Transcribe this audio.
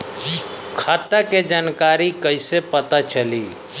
खाता के जानकारी कइसे पता चली?